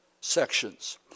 sections